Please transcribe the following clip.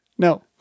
No